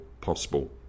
possible